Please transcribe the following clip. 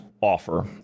offer